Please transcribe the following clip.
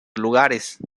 lugares